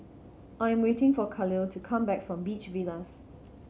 I am waiting for Khalil to come back from Beach Villas